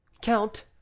count